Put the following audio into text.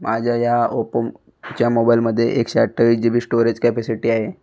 माझ्या या ओप्पोच्या मोबाईलमध्ये एकशे अठ्ठावीस जी बी ष्टोरेज कॅपॅसिटी आहे